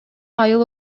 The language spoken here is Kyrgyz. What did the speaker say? айыл